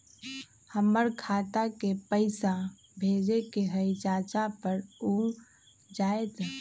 हमरा खाता के पईसा भेजेए के हई चाचा पर ऊ जाएत?